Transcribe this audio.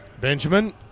Benjamin